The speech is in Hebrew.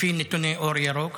לפי נתוני "אור ירוק",